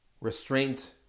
Restraint